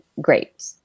great